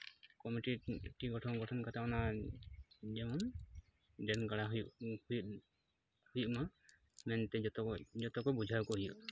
committee ᱢᱤᱫᱴᱮᱱ ᱜᱚᱴᱷᱚᱱ ᱠᱟᱛᱮᱫ ᱚᱱᱟ ᱡᱮᱢᱚᱱ ᱰᱨᱮᱱ ᱜᱟᱰᱟ ᱦᱩᱭᱩᱜ ᱦᱩᱭᱩᱜ ᱦᱩᱭᱩᱜ ᱢᱟ ᱢᱮᱱᱛᱮ ᱡᱚᱛᱚ ᱡᱚᱛᱚ ᱠᱚ ᱵᱩᱡᱷᱟᱹᱣ ᱟᱠᱚ ᱦᱩᱭᱩᱜᱼᱟ